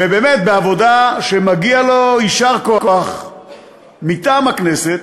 ובאמת, בעבודה, ומגיע לו יישר כוח מטעם הכנסת,